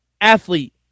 athlete